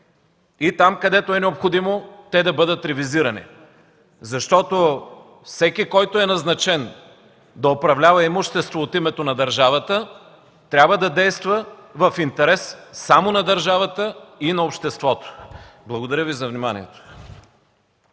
и там, където е необходимо, те да бъдат ревизирани. Защото всеки, който е назначен да управлява имущество от името на държавата, трябва да действа в интерес само на държавата и на обществото! Благодаря.